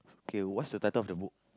okay what's the title of the book